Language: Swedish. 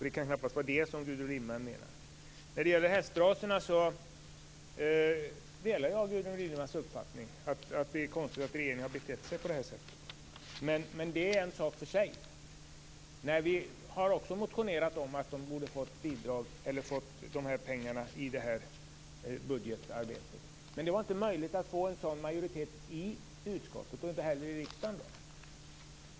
Det kan knappast vara det som Gudrun Lindvall menar. När det gäller hästraserna delar jag Gudrun Lindvalls uppfattning att det är konstigt att regeringen har betett sig på det här sättet. Men det är en sak för sig. Vi har också motionerat om att de borde ha fått pengar i budgeten, men det var inte möjligt att få majoritet för det i utskottet, och därmed inte heller i riksdagen.